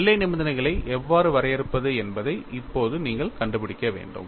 எல்லை நிபந்தனைகளை எவ்வாறு வரையறுப்பது என்பதை இப்போது நீங்கள் கண்டுபிடிக்க வேண்டும்